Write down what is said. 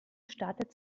startete